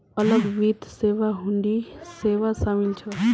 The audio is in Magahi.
अलग वित्त सेवात हुंडी सेवा शामिल छ